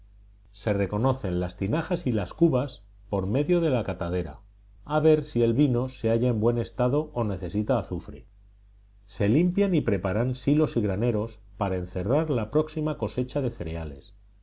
se reconocen las tinajas y las cubas por medio de la catadera a ver si el vino se halla en buen estado o necesita azufre se limpian y preparan silos y graneros para encerrar la próxima cosecha de cereales